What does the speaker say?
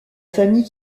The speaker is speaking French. famille